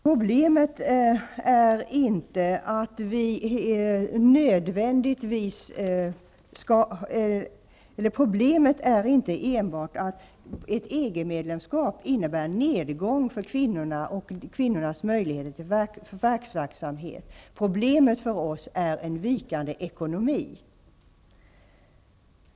Problemet är inte enbart att ett EG-medlemskap innebär nedgång för kvinnornas möjligheter till förvärvsverksamhet, utan problemet för oss är en vikande ekonomi.